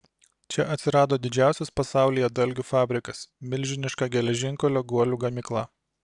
čia atsirado didžiausias pasaulyje dalgių fabrikas milžiniška geležinkelio guolių gamykla